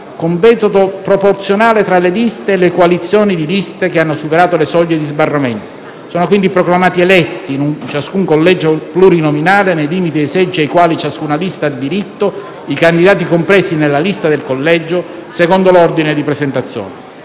con metodo proporzionale tra le liste e le coalizioni di liste che hanno superato le soglie di sbarramento. Sono quindi proclamati eletti in ciascun collegio plurinominale, nei limiti dei seggi ai quali ciascuna lista ha diritto, i candidati compresi nella lista del collegio, secondo l'ordine di presentazione.